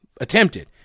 attempted